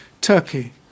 Turkey